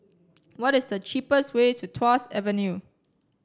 what is the cheapest way to Tuas Avenue